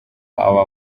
aba